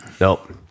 nope